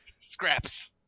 Scraps